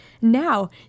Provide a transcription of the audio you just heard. Now